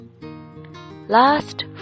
last